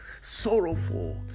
sorrowful